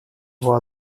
его